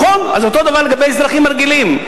נכון, אז אותו הדבר לגבי אזרחים רגילים.